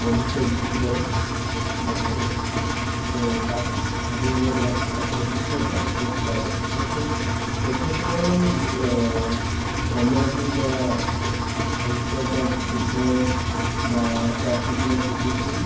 ব্ৰহ্মপুত্ৰৰ ইটো পাৰে বৰ্তমান ত' তাত হাবুং নামৰ জেগাত ৰাজধানী পাতিছিলে তাৰ পিছত চৰাইদেউত পাতিছিলে ত' তেখেতৰ কৰ্মৰাজিৰ বা সাহিত্য় বা যুদ্ধ বা ৰাজনীতি বা কূটনীতি